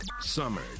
Summer